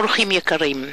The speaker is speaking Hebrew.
אורחים יקרים,